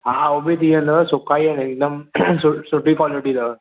हा हू बि थी वेंदव सुका ई ॾींदुमि सु सुठी क्वालिटी अथव